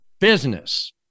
business